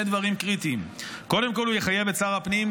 דברים קריטיים: קודם כול הוא יחייב את שר הפנים,